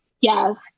Yes